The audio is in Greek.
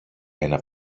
ένα